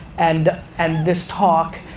and and this talk,